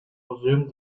museum